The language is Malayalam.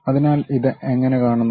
അതിനാൽ ഇത് എങ്ങനെ കാടുന്നു